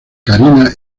karina